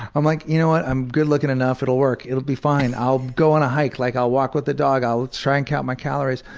i'm like, you know what? i'm good-looking enough, it'll work. it'll be fine. i'll go on a hike. like i'll walk with the dog. i'll try and count my calories.